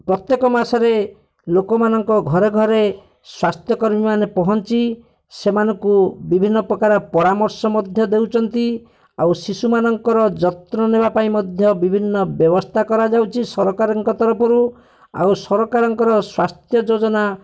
ପ୍ରତ୍ୟେକ ମାସରେ ଲୋକମାନଙ୍କ ଘରେ ଘରେ ସ୍ୱାସ୍ଥ୍ୟକର୍ମୀମାନେ ପହଞ୍ଚି ସେମାନଙ୍କୁ ବିଭିନ୍ନପ୍ରକାର ପରାମର୍ଶ ମଧ୍ୟ ଦେଉଛନ୍ତି ଆଉ ଶିଶୁମାନଙ୍କର ଯତ୍ନ ନେବା ପାଇଁ ମଧ୍ୟ ବିଭିନ୍ନ ବ୍ୟବସ୍ଥା କରାଯାଉଛି ସରକାରଙ୍କ ତରଫରୁ ଆଉ ସରକାରଙ୍କ ସ୍ୱାସ୍ଥ୍ୟ ଯୋଜନା